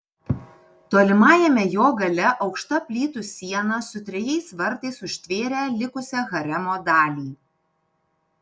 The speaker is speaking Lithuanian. tolimajame jo gale aukšta plytų siena su trejais vartais užtvėrė likusią haremo dalį